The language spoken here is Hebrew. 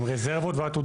וגם רזרבות ועתודות.